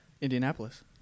Indianapolis